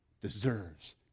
deserves